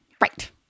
Right